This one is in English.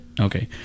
Okay